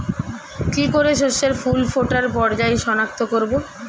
কি করে শস্যের ফুল ফোটার পর্যায় শনাক্ত করব?